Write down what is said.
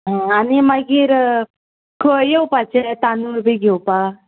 आं आनी मागीर खंय येवपाचें तांदूळ बी घेवपा